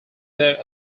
there